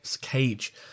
cage